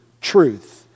truth